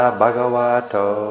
Bhagavato